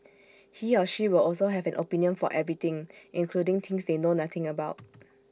he or she will also have an opinion for everything including things they know nothing about